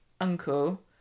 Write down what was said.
uncle